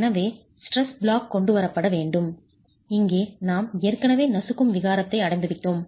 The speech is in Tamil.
எனவே ஸ்ட்ரெஸ் பிளாக் கொண்டுவரப்பட வேண்டும் இங்கே நாம் ஏற்கனவே நசுக்கும் விகாரத்தை அடைந்துவிட்டோம்